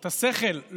את השכל,